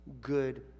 good